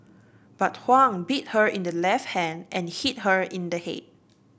but Huang bit her in the left hand and hit her in the head